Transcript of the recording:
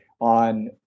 on